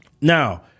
Now